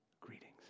greetings